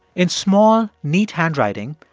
in small, neat handwriting,